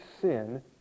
sin